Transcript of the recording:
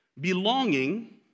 Belonging